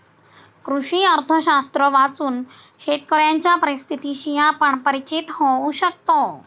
कृषी अर्थशास्त्र वाचून शेतकऱ्यांच्या परिस्थितीशी आपण परिचित होऊ शकतो